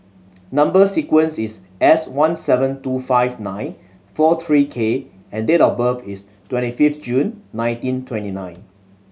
number sequence is S one seven two five nine four three K and date of birth is twenty fifth June nineteen twenty nine